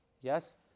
yes